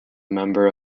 member